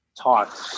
talk